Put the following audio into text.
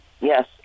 Yes